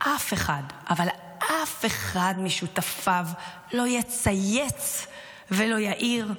אף אחד, אבל אף אחד משותפיו לא יצייץ ולא יעיר.